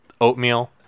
Oatmeal